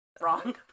wrong